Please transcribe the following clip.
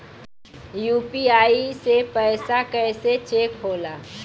UPI से पैसा कैसे चेक होला?